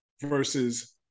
versus